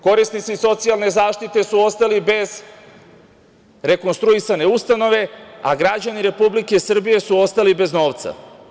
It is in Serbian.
Korisnici socijalne zaštite su ostali bez rekonstruisane ustanove, a građani Republike Srbije su ostali bez novca.